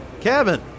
Kevin